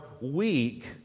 weak